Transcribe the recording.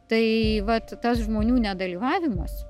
tai vat tas žmonių nedalyvavimas